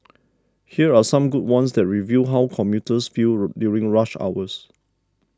here are some good ones that reveal how commuters feel during rush hour